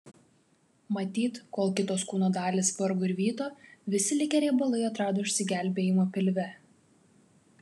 matyt kol kitos kūno dalys vargo ir vyto visi likę riebalai atrado išsigelbėjimą pilve